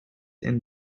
and